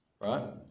Right